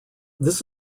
this